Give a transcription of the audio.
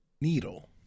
needle